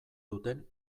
duten